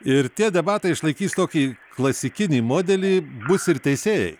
ir tie debatai išlaikys tokį klasikinį modelį bus ir teisėjai